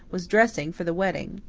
was dressing for the wedding.